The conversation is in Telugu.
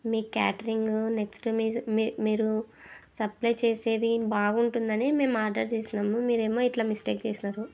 మీ క్యాటరింగు నెక్స్ట్ మీ మీ మీరు సప్లై చేసేది బాగుంటుందనే మేము ఆర్డర్ చేశాము మీరేమో ఇలా మిస్టేక్ చేశారు